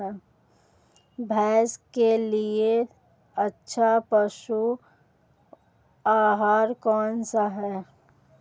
भैंस के लिए सबसे अच्छा पशु आहार कौनसा है?